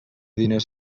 diners